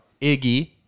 Iggy